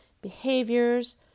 behaviors